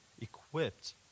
equipped